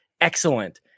excellent